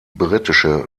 britische